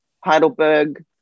Heidelberg